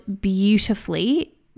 beautifully